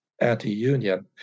anti-union